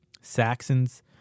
Saxons